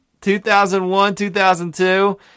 2001-2002